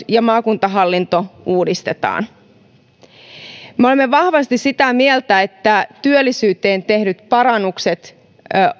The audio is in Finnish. ja maakuntahallinto uudistetaan me olemme vahvasti sitä mieltä että työllisyyteen tehdyt parannukset